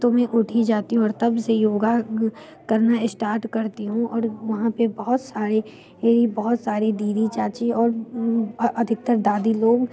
तो मैं उठ ही जाती हूँ और तब से योग करना इश्टार्ट करती हूँ और वहाँ पर बहुत सारे यही बहुत सारी दीदी चाची और और अधिकतर दादी लोग